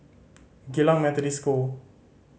Geylang Methodist School